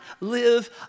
live